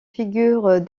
figures